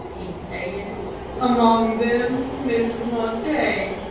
he said among them mrs. montague.